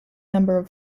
number